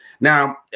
Now